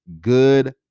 good